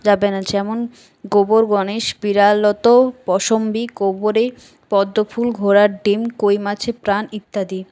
যাবে না যেমন গোবর গণেশ বিড়াল অত পশমী গোবরে পদ্মফুল ঘোড়ার ডিম কই মাছের প্রাণ ইত্যাদি